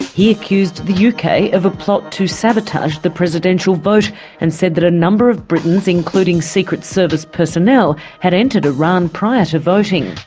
he accused the uk of a plot to sabotage the presidential vote and said that a number of britons, including secret service personnel, had entered iran prior to voting.